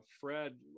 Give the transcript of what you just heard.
Fred